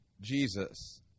Jesus